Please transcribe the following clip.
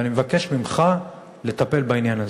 ואני מבקש ממך לטפל בעניין הזה.